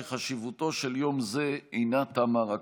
אלא שחשיבותו של יום זה אינה תמה בכך.